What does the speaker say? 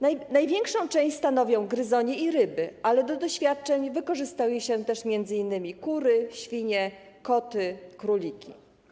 Największą część stanowią gryzonie i ryby, ale do doświadczeń wykorzystuje się też m.in. kury, świnie, koty i króliki.